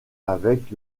avec